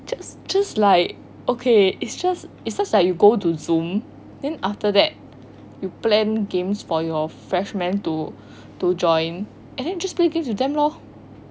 just just like okay it's just it's just like you go to zoom then after that you plan games for your freshmen to to join and then just playing games with them lor